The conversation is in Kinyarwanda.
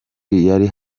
yari